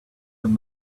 got